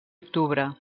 octubre